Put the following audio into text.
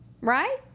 Right